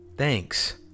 Thanks